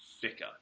thicker